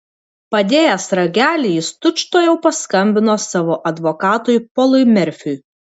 padėjęs ragelį jis tučtuojau paskambino savo advokatui polui merfiui